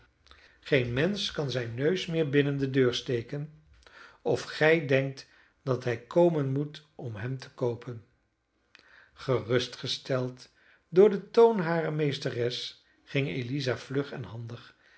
geen mensch kan zijn neus meer binnen de deur steken of gij denkt dat hij komen moet om hem te koopen gerustgesteld door den toon harer meesteres ging eliza vlug en handig